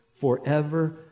forever